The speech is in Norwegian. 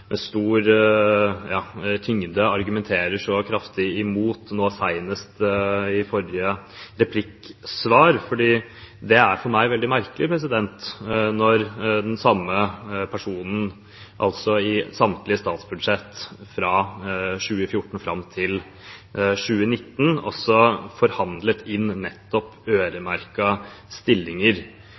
med øremerking, som statsråden med stor tyngde argumenterer så kraftig imot – nå senest i forrige replikksvar. Det er for meg veldig merkelig når samme person i samtlige statsbudsjett fra 2014 fram til 2019 forhandlet inn nettopp øremerkede stillinger.